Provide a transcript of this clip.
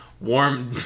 warm